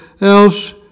else